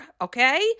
okay